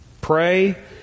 pray